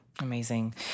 Amazing